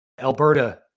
Alberta